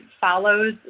follows